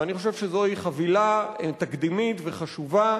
ואני חושב שזו חבילה תקדימית וחשובה.